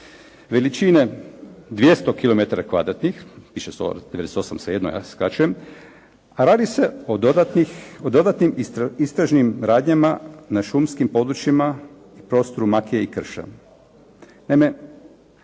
kvadratnih, a radi se o dodatnim istražnim radnjama na šumskim područjima i prostoru makije i krša.